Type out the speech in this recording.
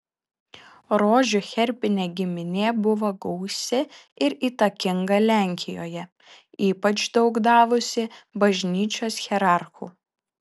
rožių herbinė giminė buvo gausi ir įtakinga lenkijoje ypač daug davusi bažnyčios hierarchų